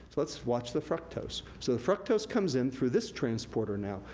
let's watch the fructose. so, the fructose comes in through this transporter, now.